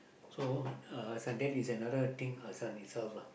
so uh this one that's another thing one its self lah